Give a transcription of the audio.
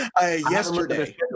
yesterday